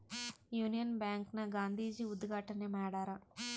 Union Bank ನ ಗಾಂಧೀಜಿ ಉದ್ಗಾಟಣೆ ಮಾಡ್ಯರ